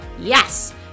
yes